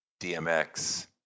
DMX